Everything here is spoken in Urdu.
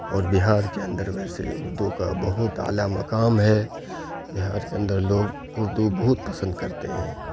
اور بہار کے اندر ویسے اردو کا بہت اعلیٰ مقام ہے بہار کے اندر لوگ اردو بہت پسند کرتے ہیں